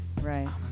Right